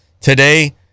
Today